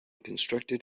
constructed